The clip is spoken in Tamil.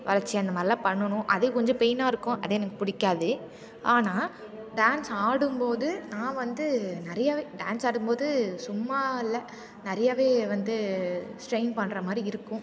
வளைச்சி அந்தமாதிரிலாம் பண்ணனும் அதே கொஞ்சம் பெயினாக இருக்கும் அது எனக்கு புடிக்காது ஆனால் டான்ஸ் ஆடும்போது நான் வந்து நிறையாவே டான்ஸ் ஆடும்போது சும்மா இல்லை நிறையாவே வந்து ஸ்ட்ரெயின் பண்ணுறமாரி இருக்கும்